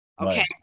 Okay